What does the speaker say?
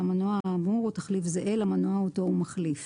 שהמנוע האמור הוא תחליף זהה למנוע אותו הוא מחליף.